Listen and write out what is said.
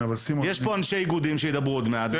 יש פה אנשי איגודים שידברו עוד מעט.